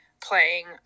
playing